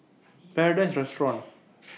Paradise Restaurant